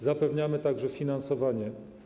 Zapewniamy także finansowanie.